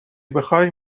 بخای